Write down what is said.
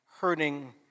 hurting